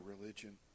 religion